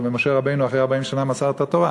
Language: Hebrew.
משה רבנו, אחרי 40 שנה, מסר את התורה.